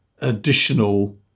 additional